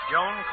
Joan